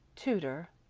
tutor,